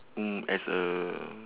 mm as a